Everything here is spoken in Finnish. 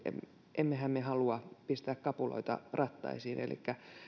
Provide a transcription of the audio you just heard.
emmehän me halua pistää kapuloita rattaisiin kalastuselinkeinolle ja matkailuelinkeinolle elikkä